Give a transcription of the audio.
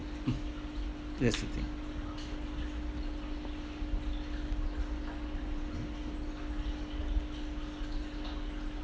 that's the thing